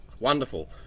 Wonderful